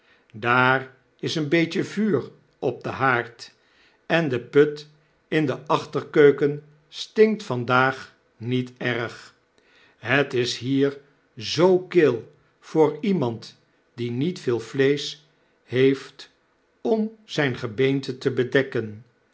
daar is een beetje vuur op den haard en de put in de achterkeuken stinkt vandaag niet erg het is hier zoo kil voor iemand die niet veel vleesch heeft om zjjn gebeente te bedekken